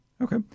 okay